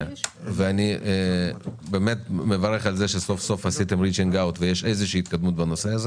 מברך שיש התקדמות בנושא.